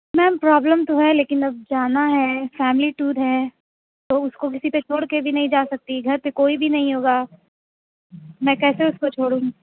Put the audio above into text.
میم problem تو ہے لیکن اب جانا ہے فیملی ٹور ہے تو اُس کو کسی پہ چھوڑ کے بھی نہیں جا سکتی گھر پہ کوئی بھی نہیں ہوگا میں کیسے اُس کو چھوڑوں